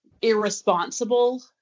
irresponsible